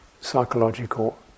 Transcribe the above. psychological